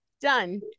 Done